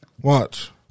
Watch